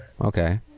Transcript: Okay